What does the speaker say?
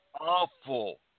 awful